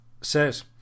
says